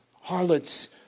harlots